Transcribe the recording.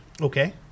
Okay